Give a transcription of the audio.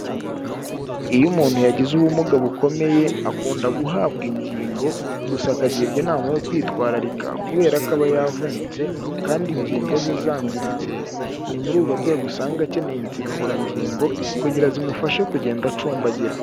Iyo umuntu yagize ubumuga bukomeye akunda guhabwa ingingo, gusa akagirwa inama yo kwitwararika kubera ko aba yavunitse, kandi ingingo ze zangiritse, ni muri urwo rwego usanga akeneye insimburangingo kugira zimufashe kugenda acumbagira.